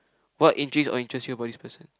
what intrigues or interests you about this person